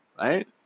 right